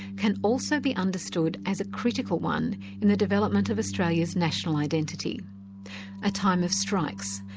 can also be understood as a critical one in the development of australia's national identity a time of strikes,